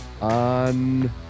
on